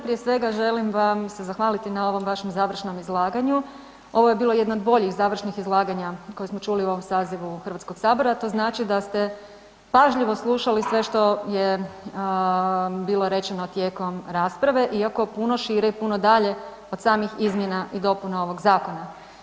Prije svega želim vam se zahvaliti na ovom vašem završnom izlaganju, ovo je bilo jedno od boljih završnih izlaganja koje smo čuli u ovom sazivu HS-a, a to znači da ste pažljivo slušali sve što je bilo rečeno tijekom rasprave, iako puno šire i puno dalje od samih izmjena i dopuna ovog zakona.